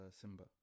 Simba